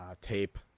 tape